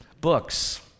books